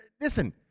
listen